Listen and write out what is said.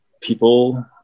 people